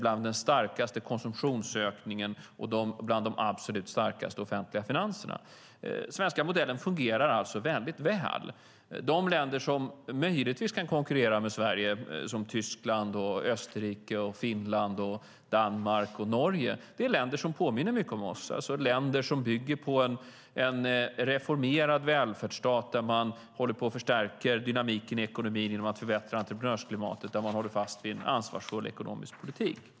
Vi har en konsumtionsökning som är en bland de starkaste och offentliga finanser som är bland de absolut starkaste. Den svenska modellen fungerar alltså väldigt väl. De länder som möjligtvis kan konkurrera med Sverige, som Tyskland, Österrike, Finland, Danmark och Norge, är länder som påminner mycket om oss. Det är länder som bygger på en reformerad välfärdsstat där man håller på att förstärka dynamiken i ekonomin genom att förbättra entreprenörsklimatet och håller fast vid en ansvarsfull ekonomisk politik.